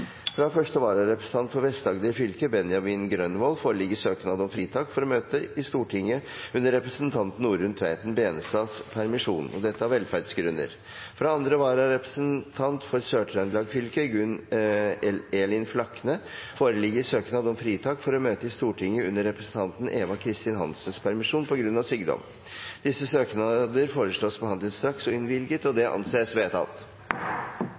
Fra første vararepresentant for Vest-Agder fylke, Benjamin Grønvold , foreligger søknad om fritak for å møte i Stortinget under representanten Norunn Tveiten Benestads permisjon, av velferdsgrunner. Fra andre vararepresentant for Sør-Trøndelag fylke, Gunn Elin Flakne , foreligger søknad om fritak for å møte i Stortinget under representanten Eva Kristin Hansens permisjon, på grunn av sykdom. Etter forslag fra presidenten ble enstemmig besluttet: Søknadene behandles straks og